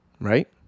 right